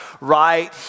right